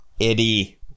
Eddie